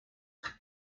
them